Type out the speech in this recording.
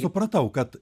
supratau kad